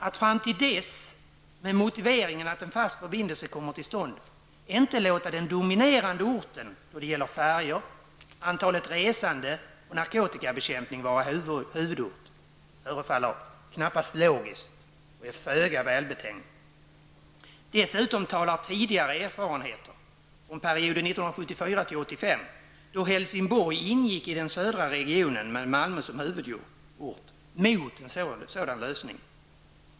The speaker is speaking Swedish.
Att fram till dess, med motiveringen att en fast förbindelse kommer till stånd, inte låta den dominerande orten då det gäller färjor, antalet resande och narkotikabekämpningen vara huvudort förefaller knappast logiskt och är föga välbetänkt. Dessutom talar tidigare erfarenheter från perioden 1974--1985, då Helsingborg ingick i den södra regionen med Malmö som huvudort, mot en sådan lösning.